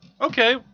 Okay